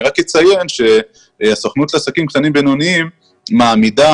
אני אציין שהסוכנות לעסקים קטנים ובינוניים מעמידה